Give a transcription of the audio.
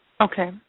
Okay